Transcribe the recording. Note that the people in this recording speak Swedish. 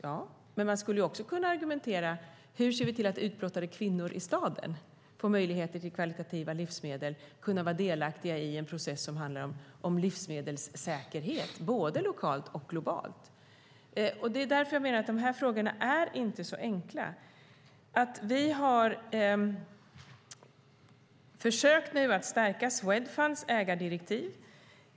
Ja, men man skulle också kunna argumentera: Hur ser vi till att utblottade kvinnor i staden får möjligheter till kvalitativa livsmedel och kan vara delaktiga i en process som handlar om livsmedelssäkerhet både lokalt och globalt? Jag menar att de här frågorna inte är så enkla. Vi har nu försökt stärka Swedfunds ägardirektiv.